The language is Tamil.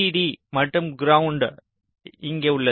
VDD மற்றும் கிரவுண்ட் இங்கே உள்ளது